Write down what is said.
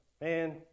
man